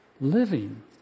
living